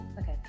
okay